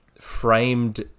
framed